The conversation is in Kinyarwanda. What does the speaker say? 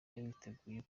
witeguye